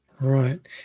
Right